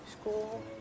school